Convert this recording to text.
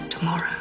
Tomorrow